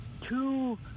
two